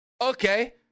okay